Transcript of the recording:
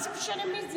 מה זה משנה מי זה?